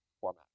format